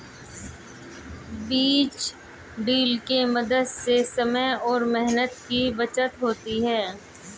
बीज ड्रिल के मदद से समय और मेहनत की बचत होती है